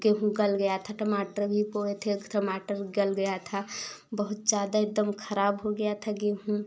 गेहूँ गल गया था टमाटर भी बोए थे टमाटर गल गया था बहुत ज़्यादा एकदम खराब हो गया था गेहूँ